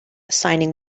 signing